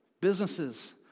businesses